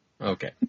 Okay